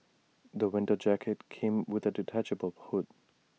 the winter jacket came with A detachable hood